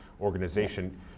organization